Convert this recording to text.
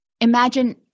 imagine